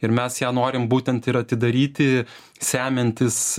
ir mes ją norim būtent ir atidaryti semiantis